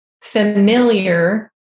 familiar